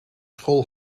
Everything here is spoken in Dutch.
school